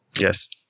Yes